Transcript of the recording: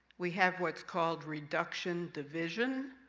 we have what's called reduction division,